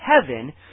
heaven